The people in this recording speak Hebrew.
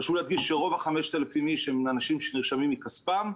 חשוב להדגיש שרוב ה-5,000 איש הם אנשים שנרשמים מכספם.